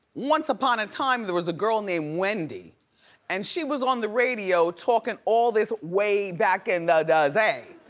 once upon a time there was a girl and named wendy and she was on the radio talking all this way back in the da-zay.